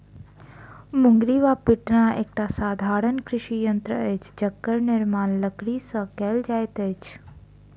मुंगरी वा पिटना एकटा साधारण कृषि यंत्र अछि जकर निर्माण लकड़ीसँ कयल जाइत अछि